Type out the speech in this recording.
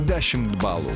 dešimt balų